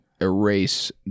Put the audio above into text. erase